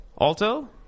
Alto